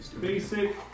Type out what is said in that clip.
Basic